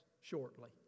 shortly